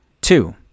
Two